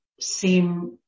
seem